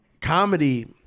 comedy